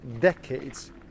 decades